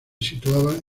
situaba